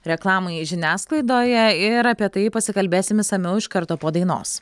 reklamai žiniasklaidoje ir apie tai pasikalbėsime išsamiau iš karto po dainos